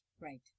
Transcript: Right